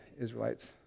Israelites